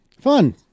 Fun